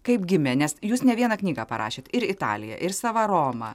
kaip gimė nes jūs ne vieną knygą parašėt ir italija ir sava roma